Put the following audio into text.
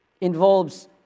involves